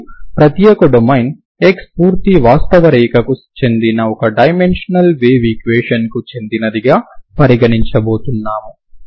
మరియు ప్రత్యేక domain x పూర్తి వాస్తవ రేఖకు చెందిన ఒక డైమెన్షనల్ వేవ్ ఈక్వేషన్కు చెందినది గా పరిగణించబోతున్నాము